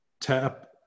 tap